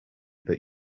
that